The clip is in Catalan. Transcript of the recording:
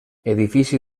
edifici